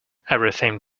everything